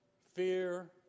fear